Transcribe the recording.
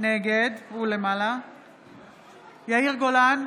נגד יאיר גולן,